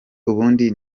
ubundi